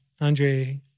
Andre